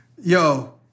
Yo